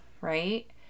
right